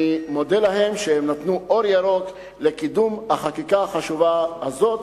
אני מודה להם על שנתנו אור ירוק לקידום החקיקה החשובה הזאת,